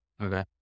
Okay